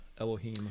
Elohim